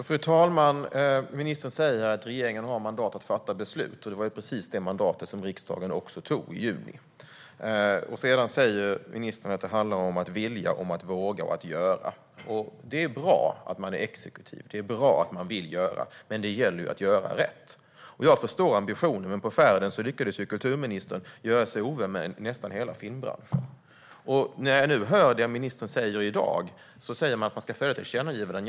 Fru talman! Ministern säger att regeringen har mandat att fatta beslut, och det var också precis det mandatet som riksdagen tog i juni. Sedan säger ministern att det handlar om att vilja, att våga och att göra. Det är bra att man är exekutiv och vill göra saker. Men det gäller att göra rätt. Jag förstår ambitionen, men på färden lyckades kulturministern göra sig till ovän med nästan hela filmbranschen. Det ministern säger i dag är att man ska följa tillkännagivanden.